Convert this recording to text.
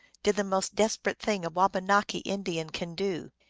did the most desperate thing a wabanaki indian can do.